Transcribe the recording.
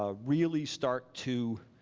ah really start to